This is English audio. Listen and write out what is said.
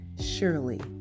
Surely